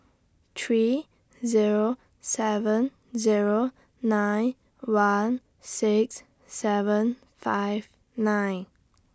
three Zero seven Zero nine one six seven five nine